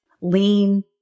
lean